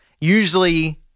usually